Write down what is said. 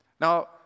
Now